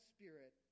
Spirit